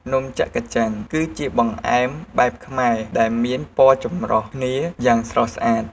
នំច័ក្កច័ន គឺជាបង្អែមបែបខ្មែរដែលមានពណ៌ចម្រុះគ្នាយ៉ាងស្រស់ស្អាត។